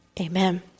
Amen